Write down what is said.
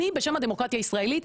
אני בשם הדמוקרטיה הישראלית,